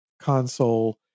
console